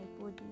body